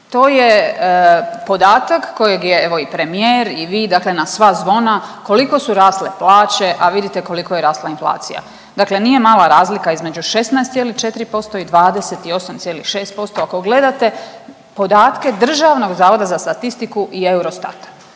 To je podatak kojeg je evo i premijer i vi dakle na sve zvona koliko su rasle plaće, a vidite koliko je rasla inflacija. Dakle, nije mala razlika između 16,4% i 28,6% ako gledate podatke Državnog zavoda za statistiku i Eurostata.